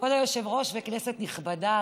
כבוד היושב-ראש וכנסת נכבדה,